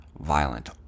violent